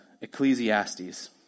Ecclesiastes